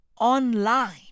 online